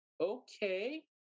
Okay